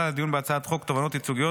חוק תובענות ייצוגיות